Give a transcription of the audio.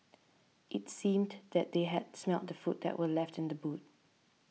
it seemed that they had smelt the food that were left in the boot